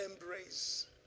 embrace